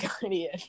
guardian